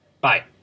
Bye